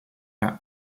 are